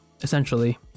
essentially